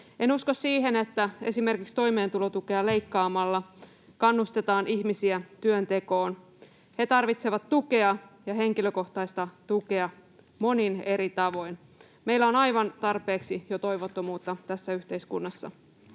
En usko siihen, että esimerkiksi toimeentulotukea leikkaamalla kannustetaan ihmisiä työntekoon. He tarvitsevat tukea ja henkilökohtaista tukea monin eri tavoin. Meillä on jo aivan tarpeeksi toivottomuutta tässä yhteiskunnassa.